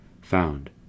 found